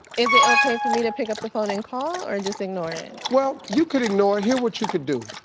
is it okay for me to pick up the phone and call or and just ignore it? well you could ignore. here what you could do.